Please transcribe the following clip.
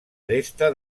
aresta